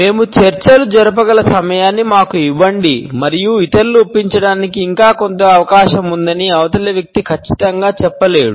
మేము చర్చలు జరపగల సమయాన్ని మాకు ఇవ్వండి మరియు ఇతరులను ఒప్పించడానికి ఇంకా కొంత ఆవకాశం ఉందని అవతలి వ్యక్తి ఖచ్చితంగా చెప్పలేదు